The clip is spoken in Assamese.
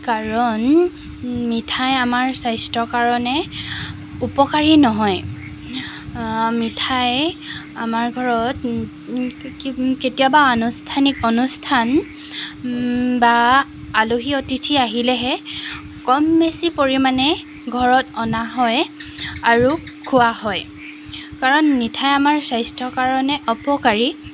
কাৰণ মিঠাই আমাৰ স্বাস্থ্যৰ কাৰণে উপকাৰী নহয় মিঠাই আমাৰ ঘৰত কি কেতিয়াবা আনুষ্ঠানিক অনুষ্ঠান বা আলহী অতিথি আহিলেহে কম বেছি পৰিমাণে ঘৰত অনা হয় আৰু খোৱা হয় কাৰণ মিঠাই আমাৰ স্বাস্থ্যৰ কাৰণে অপকাৰী